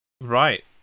Right